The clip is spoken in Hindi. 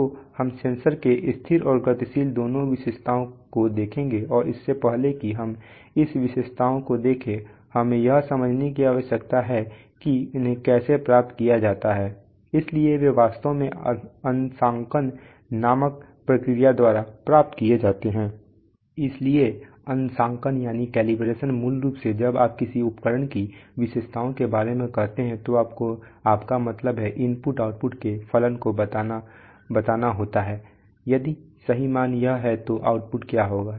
तो हम सेंसर के स्थिर और गतिशील दोनों विशेषताओं को देखेंगे और इससे पहले कि हम इस विशेषता को देखें हमें यह समझने की आवश्यकता है कि उन्हें कैसे प्राप्त किया जाता है इसलिए वे वास्तव में अंशांकन नामक प्रक्रिया द्वारा प्राप्त किए जाते हैं इसलिए एक अंशांकन मूल रूप से जब आप किसी उपकरण की विशेषताओं के बारे में कहते हैं तो आपका मतलब है इनपुट आउटपुट के फलन को बताना होता है यदि सही मान यह है तो आउटपुट क्या होगा